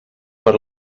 per